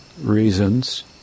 reasons